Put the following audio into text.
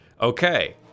Okay